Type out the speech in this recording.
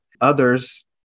Others